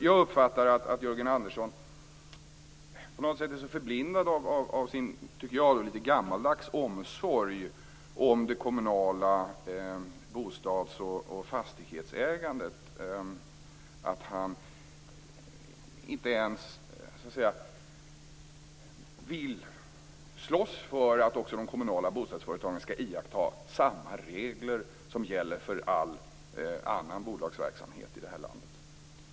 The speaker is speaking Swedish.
Jag uppfattar att Jörgen Andersson på något sätt är så förblindad av sin, tycker jag, litet gammaldags omsorg om det kommunala bostads och fastighetsägandet att han inte ens vill slåss för att de kommunala bostadsföretagen skall iaktta samma regler som gäller för all annan bolagsverksamhet i det här landet.